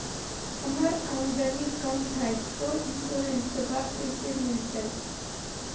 हमर आमदनी कम हय, तो इंसोरेंसबा कैसे मिलते?